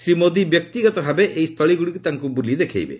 ଶ୍ରୀ ମୋଦି ବ୍ୟକ୍ତିଗତ ଭାବେ ଏହି ସ୍ଥଳୀଗୁଡ଼ିକୁ ତାଙ୍କୁ ବୁଲି ଦେଖାଇବେ